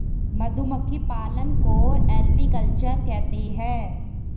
मधुमक्खी पालन को एपीकल्चर कहते है